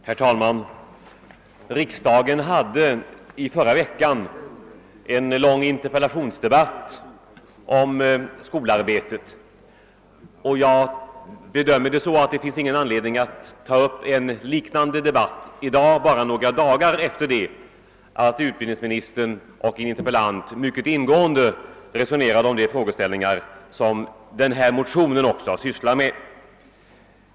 Herr talman! I riksdagen fördes i förra veckan en lång interpellationsdebatt om skolan, och jag bedömer det så att det inte finns anledning att ta upp en liknande debatt bara några da gar efter det att utbildningsministern och en interpeliant mycket ingående resonerat om de frågeställningar som motionen sysslar med.